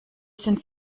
sind